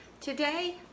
Today